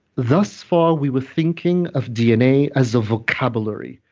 thus far we were thinking of dna as a vocabulary.